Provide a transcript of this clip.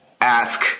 ask